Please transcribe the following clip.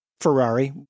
ferrari